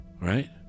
right